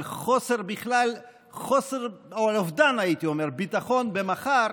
בכלל על חוסר, הייתי אומר, על אובדן ביטחון במחר,